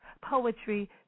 Poetry